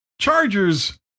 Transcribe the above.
Chargers